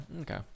Okay